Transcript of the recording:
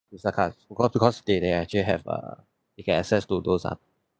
visa card because because they they actually have a you can access to those uh